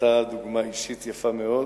ואתה דוגמה אישית יפה מאוד,